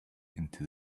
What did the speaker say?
into